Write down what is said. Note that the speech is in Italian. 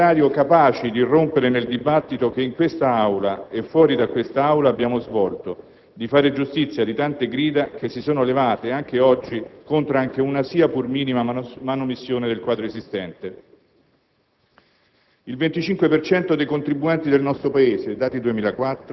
I dati di questa realtà non sono freddi e muti, sono al contrario capaci di irrompere nel dibattito che in questa Aula e fuori di qui abbiamo svolto, di fare giustizia delle tante grida che si sono levate anche oggi contro anche una sia pur minima manomissione del quadro esistente.